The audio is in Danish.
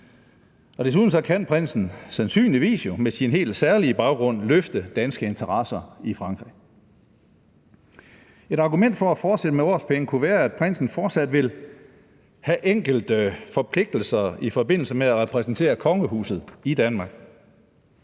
og desuden kan prinsen sandsynligvis jo med sin helt særlige baggrund løfte danske interesser i Frankrig. Et argument for at fortsætte med årpenge kunne være, at prinsen fortsat vil have enkelte forpligtelser i forbindelse med at repræsentere kongehuset i Danmark.